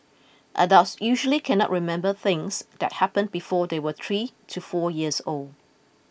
adults usually cannot remember things that happened before they were three to four years old